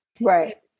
right